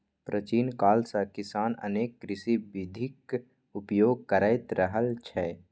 प्राचीन काल सं किसान अनेक कृषि विधिक उपयोग करैत रहल छै